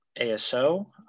ASO